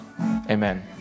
amen